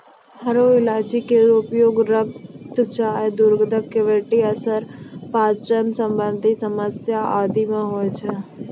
हरो इलायची केरो उपयोग रक्तचाप, दुर्गंध, कैविटी अल्सर, पाचन संबंधी समस्या आदि म होय छै